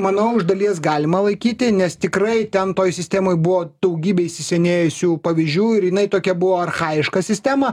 manau iš dalies galima laikyti nes tikrai ten toj sistemoj buvo daugybė įsisenėjusių pavyzdžių ir jinai tokia buvo archajiška sistema